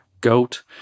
GOAT